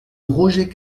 roger